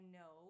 no